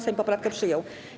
Sejm poprawkę przyjął.